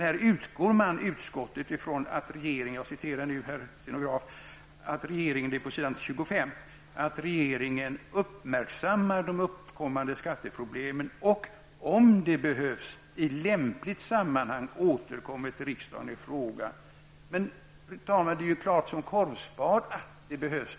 Man skriver: ''Utskottet utgår ifrån att regeringen uppmärksammar de uppkommande skatteproblemen och, om det behövs, i lämpligt sammanhang återkommer till riksdagen i frågan.'' Fru talman! Det är klart som korvspad, tycker jag, att det behövs.